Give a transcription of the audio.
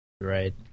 Right